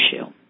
issue